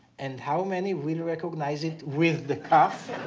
and how many will recognize it with the kaf?